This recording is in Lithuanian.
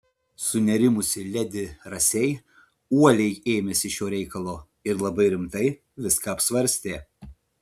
sunerimusi ledi rasei uoliai ėmėsi šio reikalo ir labai rimtai viską apsvarstė